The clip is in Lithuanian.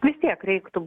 vis tiek reiktų